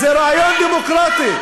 זה רעיון דמוקרטי.